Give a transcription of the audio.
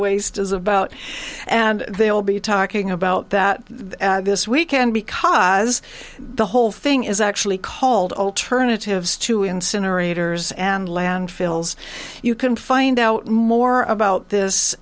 waste is about and they'll be talking about that this weekend because the whole thing is actually called alternatives to incinerators and landfills you can find out more about this